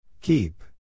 Keep